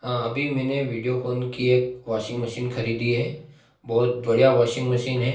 हाँ अभी मैंने वीडियोकोन की एक वाशिंग मशीन खरीदी है बहुत बढ़िया वाशिंग मशीन है